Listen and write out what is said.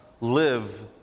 live